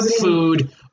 food